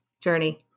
journey